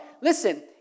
listen